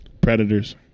Predators